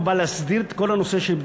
תשיב שרת הבריאות, חברת הכנסת